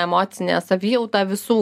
emocinę savijautą visų ūgiu